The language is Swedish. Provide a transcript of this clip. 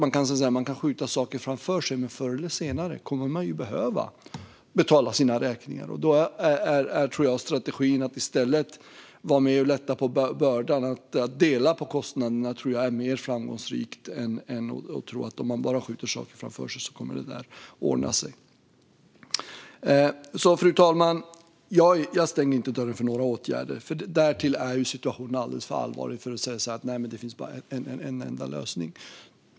Man kan såklart skjuta saker framför sig. Men förr eller senare kommer man ju att behöva betala sina räkningar. Då tror jag att strategin att i stället vara med och lätta på bördan, att dela på kostnaderna, är mer framgångsrik än att tro att det kommer att ordna sig bara man skjuter saker framför sig. Fru talman! Jag stänger inte dörren för några åtgärder. Situationen är alldeles för allvarlig för att säga att det bara finns en enda lösning.